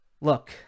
Look